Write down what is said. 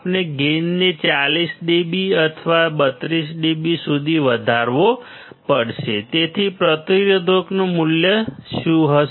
આપણે ગેઇનને 40 dB અથવા 32 dB સુધી વધારવો પડશે તેથી પ્રતિરોધકોનું મૂલ્ય શું હશે